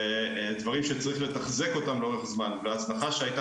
זה דברים שצריך לתחזק אותם לאורך זמן וההזנחה שהיתה